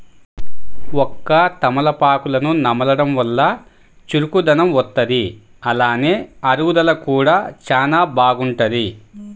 వక్క, తమలపాకులను నమలడం వల్ల చురుకుదనం వత్తది, అలానే అరుగుదల కూడా చానా బాగుంటది